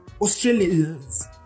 Australians